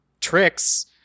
tricks